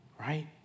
right